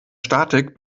statik